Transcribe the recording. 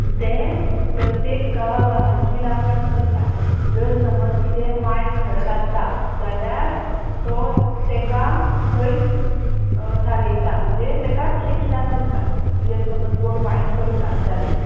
ते प्रत्येक गांवा गांवांची राखण करता जर समज किदें वायट घडत आसा जाल्या तो ताका थंयच थारयता म्हणजे ताका शिक्षा करता किदें समज कोण वायट करता जाल्यार